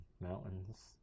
mountains